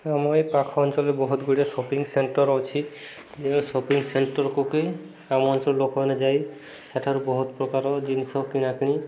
ଆମ ଏଇ ପାଖ ଅଞ୍ଚଳରେ ବହୁତ ଗୁଡ଼ିଏ ସପିଂ ସେଣ୍ଟର ଅଛି ଯେ ସପିଂ ସେଣ୍ଟରକୁ କି ଆମ ଅଞ୍ଚଳ ଲୋକମାନେ ଯାଇ ସେଠାରୁ ବହୁତ ପ୍ରକାର ଜିନିଷ କିଣାକିଣି